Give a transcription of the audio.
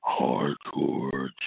hardcore